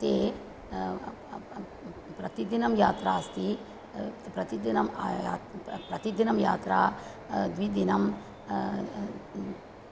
ते प्रतिदिनं यात्रा अस्ति प्रतिदिनम् आ या प्रतिदिनं यात्रा द्विदिनं